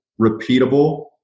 repeatable